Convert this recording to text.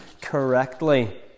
correctly